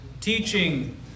teaching